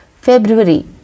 February